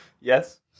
Yes